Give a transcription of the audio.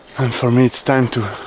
and for me it's time to